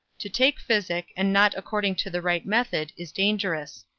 to take physic, and not according to the right method, is dangerous.